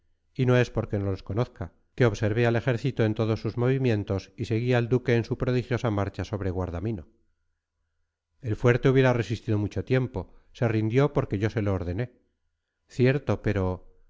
y no es porque no los conozca que observé al ejército en todos sus movimientos y seguí al duque en su prodigiosa marcha sobre guardamino el fuerte hubiera resistido mucho tiempo se rindió porque yo se lo ordené cierto pero